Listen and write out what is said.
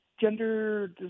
gender